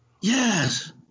Yes